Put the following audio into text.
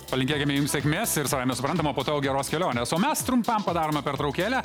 palinkėkime jum sėkmės ir savaime suprantama po to geros kelionės o mes trumpam padarome pertraukėlę